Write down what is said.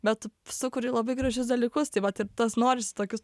bet sukuri labai gražius dalykus tai vat ir tas norisi tokius